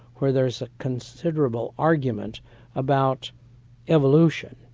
where there's a considerable argument about evolution.